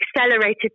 accelerated